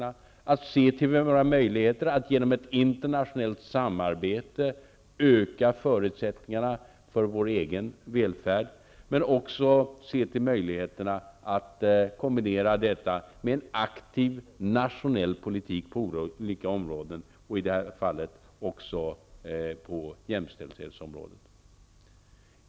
Vi måste se till våra möjligheter att genom ett internationellt samarbete öka förutsättningarna för vår egen välfärd men också se till möjligheterna att kombinera detta med en aktiv nationell politik på olika områden, i det här fallet också på jämställdhetsområdet.